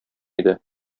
иде